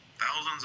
Thousands